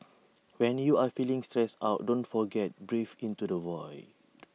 when you are feeling stressed out don't forget breathe into the void